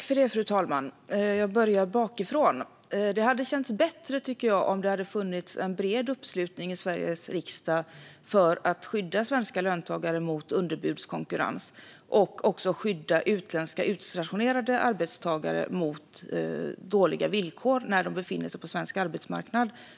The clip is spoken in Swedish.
Fru talman! Jag börjar bakifrån. Det hade känts betydligt bättre om det hade funnits en bred uppslutning i Sveriges riksdag för att skydda svenska löntagare mot underbudskonkurrens och utländska utstationerade arbetstagare mot dåliga villkor när de befinner sig på svensk arbetsmarknad.